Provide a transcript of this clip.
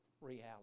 reality